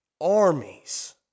Armies